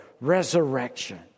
resurrection